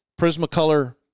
Prismacolor